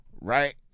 right